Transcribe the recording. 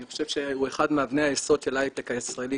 אני חושב שהוא אחד מאבני היסוד של ההייטק הישראלי,